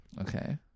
okay